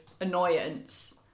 annoyance